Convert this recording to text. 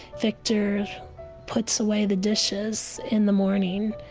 victor puts away the dishes in the morning,